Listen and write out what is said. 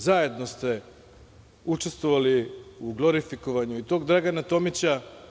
Zajedno ste učestvovali u glorifikovanju i tog Dragana Tomića.